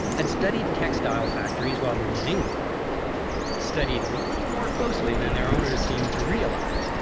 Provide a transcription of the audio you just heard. had studied textile factories while living in england studied a little more closely than their owners seemed to realize.